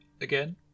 Again